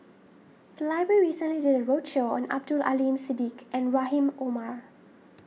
the library recently did a roadshow on Abdul Aleem Siddique and Rahim Omar